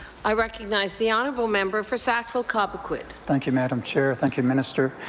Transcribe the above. i recognize the honourable member for sackville-cobequid. thank you, madam chair, thank you, minister.